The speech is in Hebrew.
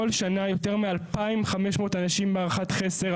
כל שנה יותר מ-2,500 אנשים בהערכת חסר,